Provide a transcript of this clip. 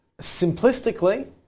simplistically